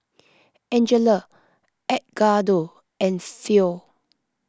Angela Edgardo and Philo